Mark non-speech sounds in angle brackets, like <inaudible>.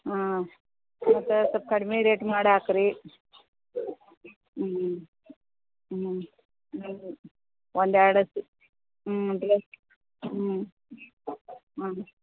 ಹಾಂ ಮತ್ತು ಸ್ವಲ್ಪ ಕಡ್ಮೆ ರೇಟ್ ಮಾಡಿ ಹಾಕಿರಿ ಹ್ಞೂ ಹ್ಞೂ ಒಂದು ಎರಡು <unintelligible> ಹ್ಞೂ ಹ್ಞೂ ಹಾಂ